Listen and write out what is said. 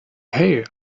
hey